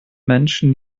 menschen